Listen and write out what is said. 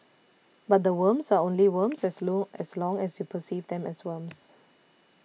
but the worms are only worms as long as long as you perceive them as worms